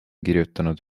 kirjutanud